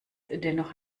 dennoch